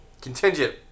Contingent